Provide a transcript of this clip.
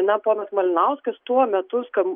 na ponas malinauskas tuo metu skamb